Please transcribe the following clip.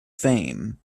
fame